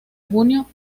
junio